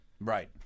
Right